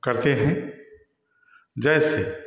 करते हैं जैसे